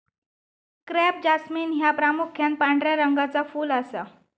crape jasmine ह्या प्रामुख्यान पांढऱ्या रंगाचा फुल असा